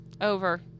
Over